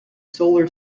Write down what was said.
solar